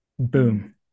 boom